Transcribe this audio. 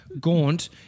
gaunt